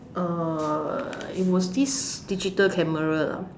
err it was this digital camera ah